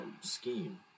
scheme